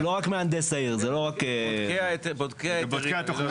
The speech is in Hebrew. זה לא רק --- בודקי ההיתרים.